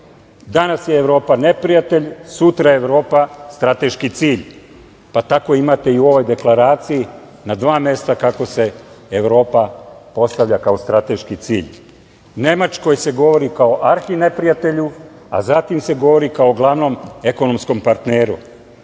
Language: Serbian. Danas je Evropa neprijatelj, sutra je Evropa strateški cilj, pa tako imate i u ovoj deklaraciji na dva mesta kako se Evropa postavlja kao strateški cilj. O Nemačkoj se govori kao arhineprijatelju, a zatim se govori kao glavnom ekonomskom partneru.